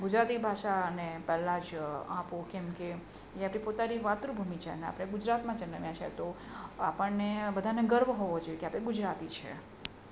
ગુજરાતી ભાષાને પહેલાં જ આપો કેમ કે એ આપણી પોતાની માતૃભૂમિ છે અને આપણે ગુજરાતમાં જન્મ્યા છીએ તો આપણને બધાને ગર્વ હોવો જોઈ કે આપણે ગુજરાતી છે